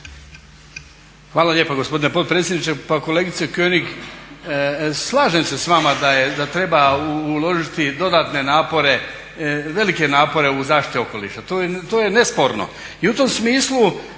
Zahvaljujem gospodine potpredsjedniče. Pa kolegice König slažem se s vama da treba uložiti dodatne napore, velike napore u zaštiti okoliša, to je nesporno.